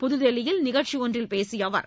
புதுதில்லியில் நிகழ்ச்சி ஒன்றில் பேசிய அவர்